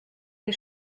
les